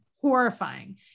horrifying